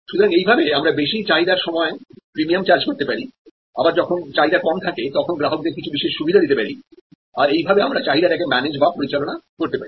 সুতরাং এইভাবে আমরা বেশী চাহিদার সময় প্রিমিয়াম চার্জ করতে পারি আবার যখন চাহিদা কম থাকে তখন গ্রাহকদের কিছু বিশেষ সুবিধা দিতে পারি আর এইভাবে আমরা চাহিদা টা কে ম্যানেজ করতে পারি